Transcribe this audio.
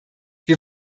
wir